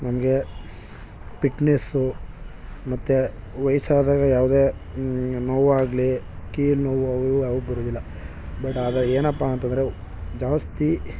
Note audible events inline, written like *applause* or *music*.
ನಮಗೆ ಪಿಟ್ನೆಸ್ಸು ಮತ್ತು ವಯಸ್ಸಾದಾಗ ಯಾವುದೇ ನೋವಾಗಲಿ ಕೀಲು ನೋವು ಅವು *unintelligible* ಯಾವುದೂ ಬರುವುದಿಲ್ಲ ಬಟ್ ಆದರೆ ಏನಪ್ಪ ಅಂತಂದರೆ ಜಾಸ್ತಿ